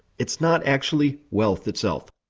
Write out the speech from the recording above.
it's not actually wealth itself.